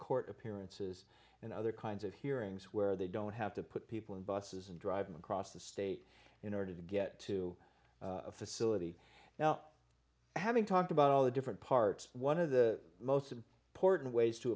court appearances and other kinds of hearings where they don't have to put people in buses and drive across the state in order to get to a facility now having talked about all the different parts one of the most important ways to